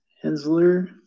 Hensler